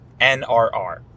NRR